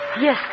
yes